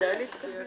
כן, כדאי.